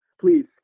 Please